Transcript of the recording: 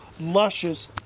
luscious